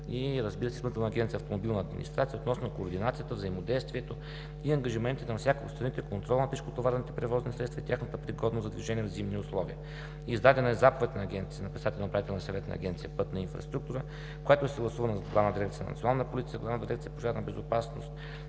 разбира се, и Изпълнителна агенция „Автомобилна администрация“ относно координацията, взаимодействието и ангажиментите на всяка от страните, контрол на тежкотоварните превозни средства и тяхната пригодност за движение в зимни условия. Издадена е заповед на председателя на Управителния съвет на Агенция „Пътна инфраструктура“, която е съгласувана с Главна дирекция „Национална полиция“, Главна дирекция „Пожарна безопасност